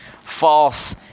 false